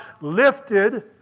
lifted